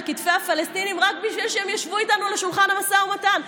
כתפי הפלסטינים רק כדי שהם ישבו איתנו אל שולחן המשא ומתן.